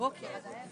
בשעה